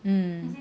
mm